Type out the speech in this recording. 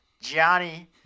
Johnny